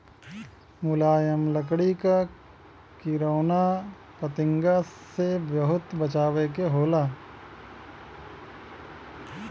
मुलायम लकड़ी क किरौना फतिंगा से बहुत बचावे के होला